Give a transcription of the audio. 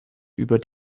über